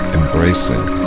embracing